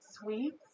sweets